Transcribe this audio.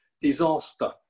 disaster